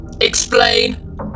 Explain